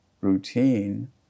routine